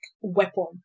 weapon